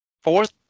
fourth